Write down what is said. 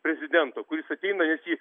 prezidento kuris ateina nes jį